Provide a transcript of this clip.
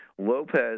Lopez